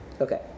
Okay